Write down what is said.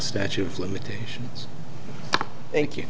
statute of limitations thank you